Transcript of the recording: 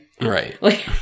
Right